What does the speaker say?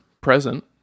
present